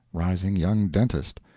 rising young dentist.